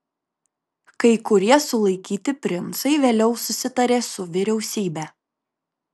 kai kurie sulaikyti princai vėliau susitarė su vyriausybe